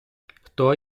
хто